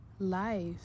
Life